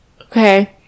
okay